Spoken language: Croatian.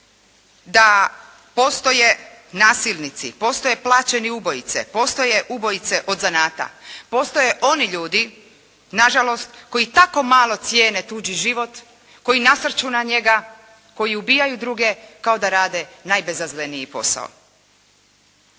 da postoje nasilnici, postoje plaćeni ubojice, postoje ubojice od zanata, postoje oni ljudi nažalost koji tako malo cijene tuđi život, koji nasrću na njega, koji ubijaju druge kao da rade najbezazleniji posao.